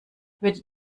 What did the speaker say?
würde